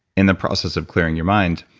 in the process of clearing your mind.